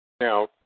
Now